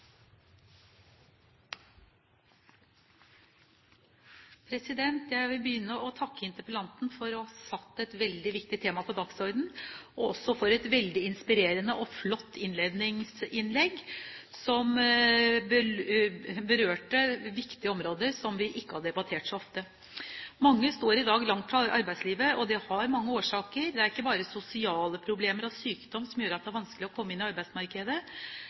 Jeg vil begynne med å takke interpellanten for å ha satt et veldig viktig tema på dagsordenen og også for et veldig inspirerende og flott innledningsinnlegg som berørte viktige områder som vi ikke har debattert så ofte. Mange står i dag langt fra arbeidslivet, og det har mange årsaker. Det er ikke bare sosiale problemer og sykdom som gjør at det er vanskelig å komme inn på arbeidsmarkedet.